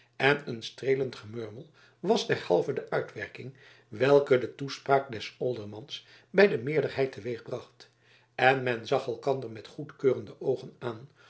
en een streelend gemurmel was derhalve de uitwerking welke de toespraak des oldermans bij de meerderheid teweegbracht en men zag elkander met goedkeurende oogen aan